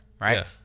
right